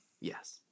Yes